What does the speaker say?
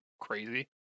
crazy